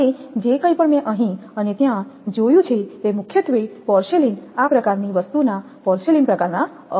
હવે જે કંઇ પણ મેં અહીં અને ત્યાં જોયું છે તે મુખ્યત્વે પોર્સેલેઇન આ પ્રકારની વસ્તુના પોર્સેલેઇન પ્રકારના અવાહક છે